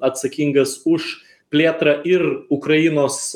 atsakingas už plėtrą ir ukrainos